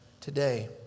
today